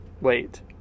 Wait